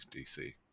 DC